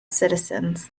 citizens